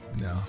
no